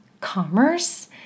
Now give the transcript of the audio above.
commerce